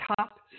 top